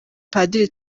padiri